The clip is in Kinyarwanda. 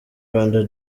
rwanda